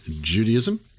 Judaism